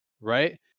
Right